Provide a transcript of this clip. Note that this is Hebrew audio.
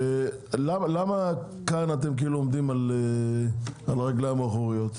למה כאן אתם עומדים על הרגליים האחוריות?